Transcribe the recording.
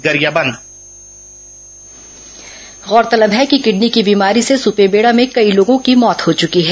गौरतलब है कि किडनी की बीमारी से सुपेबेड़ा में कई लोगों की मौत हो चुकी है